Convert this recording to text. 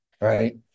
right